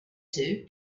two